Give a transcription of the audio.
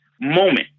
moment